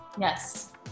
Yes